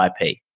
IP